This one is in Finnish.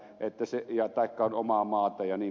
taikka on omaa maata jnp